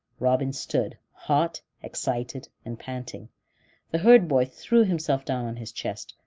robin stood, hot, excited, and panting the herd-boy threw himself down on his chest,